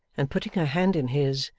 and putting her hand in his,